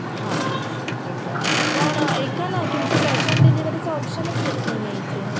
हां ओके पण ऐका ना तुमचं कॅश ऑन डिलिव्हरीचं ऑप्शनच येत नाही आहे इथे